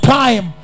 time